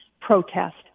protest